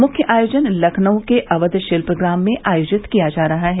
मुख्य आयोजन लखनऊ के अवध शिल्पग्राम में आयोजित किया गया है